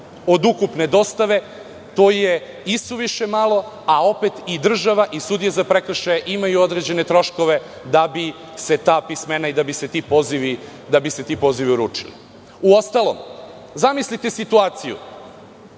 od ukupne dostave, to je isuviše malo, a opet i država i sudije za prekršaje imaju određene troškove da bi se ta pismena i ti pozivi uručili. Uostalom, zamislite situaciju,